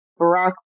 Barack